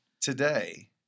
today